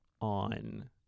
on